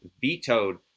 vetoed